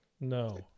No